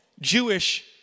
Jewish